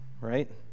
Right